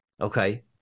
Okay